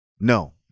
No